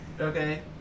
Okay